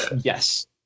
Yes